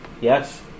yes